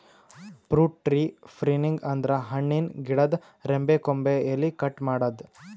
fruit tree pruning ಅಂದ್ರ ಹಣ್ಣಿನ್ ಗಿಡದ್ ರೆಂಬೆ ಕೊಂಬೆ ಎಲಿ ಕಟ್ ಮಾಡದ್ದ್